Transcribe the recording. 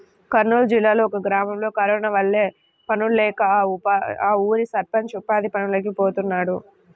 కర్నూలు జిల్లాలో ఒక గ్రామంలో కరోనా వల్ల పనుల్లేక ఆ ఊరి సర్పంచ్ ఉపాధి పనులకి పోతున్నాడు